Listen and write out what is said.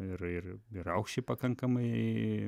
ir ir ir aukščiai pakankamai